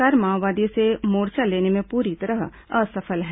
राज्य सरकार माओवादियों से मोर्चा लेने में पूरी तरह असफल है